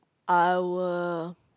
I will